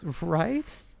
Right